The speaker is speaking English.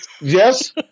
Yes